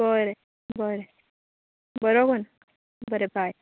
बोरें बोरें बरो कोन्न बरें बाय